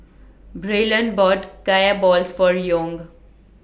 Braylon bought Kaya Balls For Young